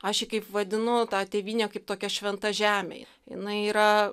aš kaip vadinu tą tėvynę kaip tokia šventa žemė jinai yra